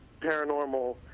paranormal